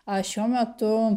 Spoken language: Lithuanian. a šiuo metu